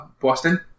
Boston